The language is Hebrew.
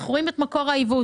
אנחנו רואים את מקור העיוות.